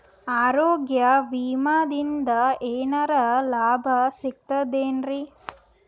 ಆರೋಗ್ಯ ವಿಮಾದಿಂದ ಏನರ್ ಲಾಭ ಸಿಗತದೇನ್ರಿ?